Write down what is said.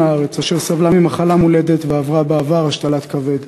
הארץ אשר סבלה ממחלה מולדת ועברה בעבר השתלת כבד.